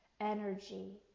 energy